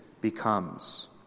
becomes